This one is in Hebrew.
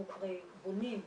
אנחנו בונים,